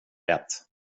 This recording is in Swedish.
rätt